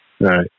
Right